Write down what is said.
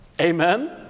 Amen